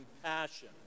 compassion